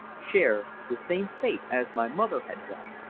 share the same fate as my mother had done.